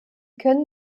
können